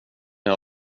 jag